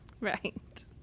Right